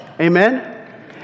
Amen